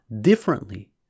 differently